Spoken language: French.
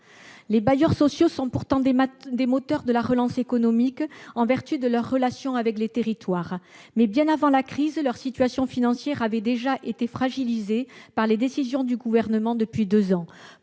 Les bailleurs sociaux sont pourtant des moteurs de la relance économique, en vertu de leur relation avec les territoires. Bien avant la crise, leur situation financière avait été fragilisée par les décisions du Gouvernement prises depuis deux ans.